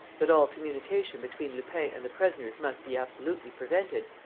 that all communication between lupin and the prisoners must be absolutely prevented,